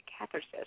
Catharsis